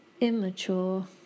immature